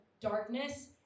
darkness